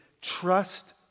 trust